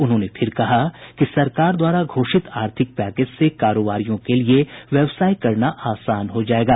उन्होंने फिर कहा कि सरकार द्वारा घोषित आर्थिक पैकेज से कारोबारियों के लिए व्यवसाय करना आसान हो जाएगा